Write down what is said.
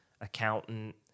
accountant